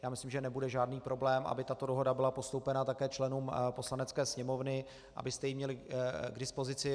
Já myslím, že nebude žádný problém, aby tato dohoda byla postoupena také členům Poslanecké sněmovny, abyste ji měli k dispozici.